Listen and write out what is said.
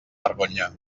vergonya